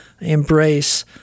embrace